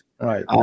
Right